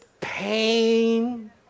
Pain